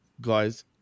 guys